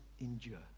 endure